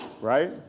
Right